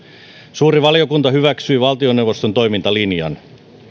suuri valiokunta hyväksyi valtioneuvoston toimintalinjan